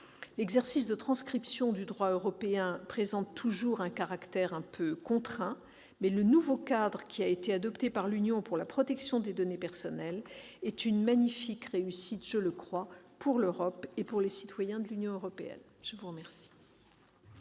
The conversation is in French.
L'exercice de transcription du droit européen présente toujours un caractère un peu contraint. Mais le nouveau cadre adopté par l'Union pour la protection des données personnelles est une magnifique réussite pour l'Europe et pour les citoyens de l'Union européenne. La parole